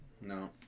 No